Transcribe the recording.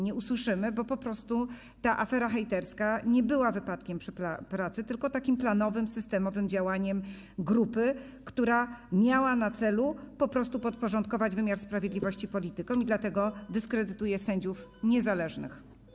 Nie usłyszymy, bo po prostu ta afera hejterska nie była wypadkiem przy pracy, tylko planowym, systemowym działaniem grupy, która miała na celu podporządkować wymiar sprawiedliwości politykom i dlatego dyskredytuje sędziów niezależnych.